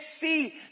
see